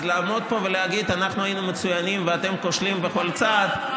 אז לעמוד פה ולהגיד: אנחנו היינו מצוינים ואתם כושלים בכל צעד,